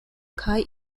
kaj